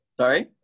Sorry